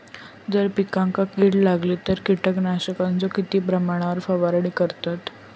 जर पिकांका कीड लागली तर कीटकनाशकाचो किती प्रमाणावर फवारणी करतत?